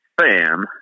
fan –